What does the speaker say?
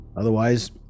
otherwise